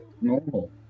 normal